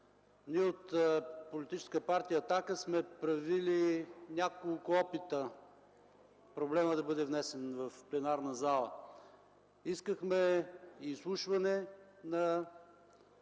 Ние от Политическа партия „Атака” сме правили няколко опита проблемът да бъде внесен в пленарната зала – искахме изслушване на